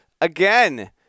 again—